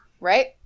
Right